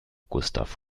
gustav